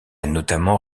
notamment